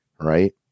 right